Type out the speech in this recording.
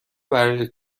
برای